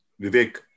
Vivek